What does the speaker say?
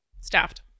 Staffed